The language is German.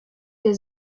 der